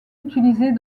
utilisées